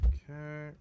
Okay